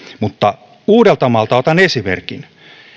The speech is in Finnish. mutta uudeltamaalta otan esimerkin